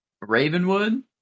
Ravenwood